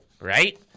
right